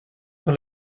dans